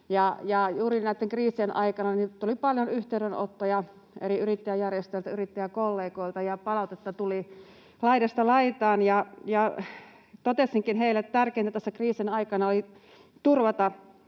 juuri näitten kriisien aikana tuli paljon yhteydenottoja eri yrittäjäjärjestöiltä ja yrittäjäkollegoilta, ja palautetta tuli laidasta laitaan. Totesinkin heille, että tärkeintä tässä kriisin aikana oli turvata